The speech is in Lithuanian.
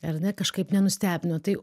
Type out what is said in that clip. ar ne kažkaip nenustebino tai